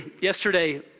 yesterday